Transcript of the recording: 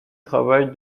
travaille